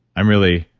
i'm really.